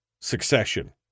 succession